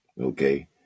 Okay